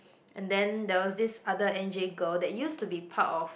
and then there was this other N_J girl that used to be part of